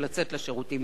של לצאת לשירותים,